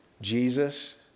Jesus